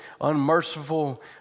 unmerciful